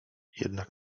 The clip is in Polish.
jednak